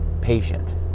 patient